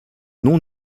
non